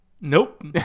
Nope